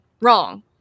wrong